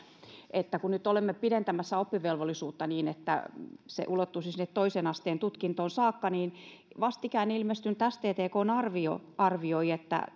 että kun nyt olemme pidentämässä oppivelvollisuutta niin että se ulottuisi sinne toisen asteen tutkintoon saakka niin vastikään ilmestynyt sttkn arvio arvioi että